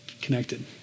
connected